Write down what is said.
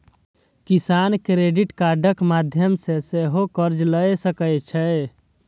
किसान क्रेडिट कार्डक माध्यम सं सेहो कर्ज लए सकै छै